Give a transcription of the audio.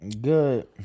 Good